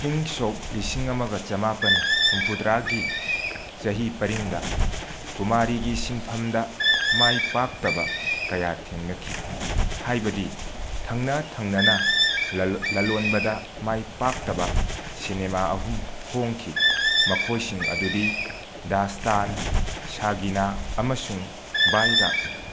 ꯏꯪ ꯁꯣꯛ ꯂꯤꯁꯤꯡ ꯑꯃꯒ ꯆꯃꯥꯄꯟ ꯍꯨꯝꯐꯨꯗ꯭ꯔꯥꯒꯤ ꯆꯍꯤ ꯄꯔꯤꯡꯗ ꯀꯨꯃꯥꯔꯤꯒꯤ ꯁꯤꯟꯐꯝꯗ ꯃꯥꯏ ꯄꯥꯛꯇꯕ ꯀꯌꯥ ꯊꯦꯡꯅꯈꯤ ꯍꯥꯏꯕꯗꯤ ꯊꯪꯅ ꯊꯪꯅꯅ ꯂꯂꯣ ꯂꯂꯣꯟꯕꯗ ꯃꯥꯏ ꯄꯥꯛꯇꯕ ꯁꯤꯅꯦꯃꯥ ꯑꯍꯨꯝ ꯐꯣꯡꯈꯤ ꯃꯈꯣꯏꯁꯤꯡ ꯑꯗꯨꯗꯤ ꯗꯥꯁꯇꯥꯟ ꯁꯥꯒꯤꯅꯥ ꯑꯃꯁꯨꯡ ꯕꯥꯏꯔꯥꯛꯅꯤ